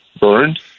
burned